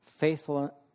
Faithful